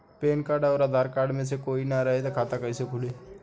Pan card आउर Aadhaar card मे से कोई ना रहे त खाता कैसे खुली?